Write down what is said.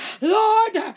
Lord